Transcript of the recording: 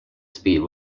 speed